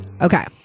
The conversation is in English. okay